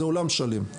זה עולם שלם.